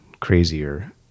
crazier